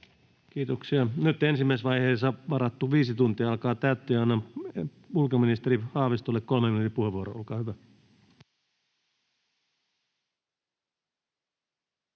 Kiitoksia. — Nyt ensimmäisessä vaiheessa varattu viisi tuntia alkaa täyttyä, ja annan ulkoministeri Haavistolle kolmen minuutin puheenvuoron, olkaa hyvä.